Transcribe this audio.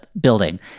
building